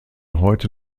heute